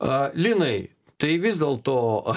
a linai tai vis dėl to